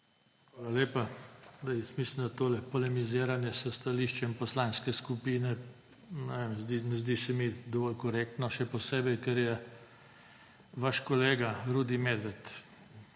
Hvala lepa. Mislim, da tole polemiziranje s stališčem poslanske skupine, ne vem, ne zdi se mi dovolj korektno, še posebej, ker je vaš kolega Rudi Medved